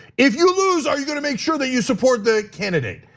if you lose, are you gonna make sure that you support the candidate,